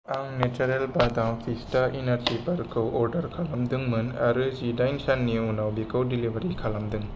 आं नेचारेल बादाम फिस्टा एनार्जि बार खौ अर्डार खालामदोंमोन आरो जिदाइन साननि उनाव बेखौ डेलिबारि खालामदों